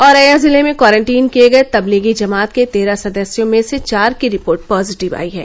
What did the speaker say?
औरैया जिले में क्वारंटीन किए गए तबलीगी जमात के तेरह सदस्यों में से चार की रिपोर्ट पॉजिटिव आयी है